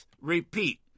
repeat